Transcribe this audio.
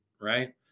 right